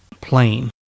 plane